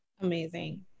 amazing